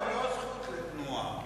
זה לא זכות לתנועה.